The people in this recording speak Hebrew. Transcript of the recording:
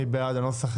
מי בעד הנוסח?